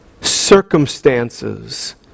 circumstances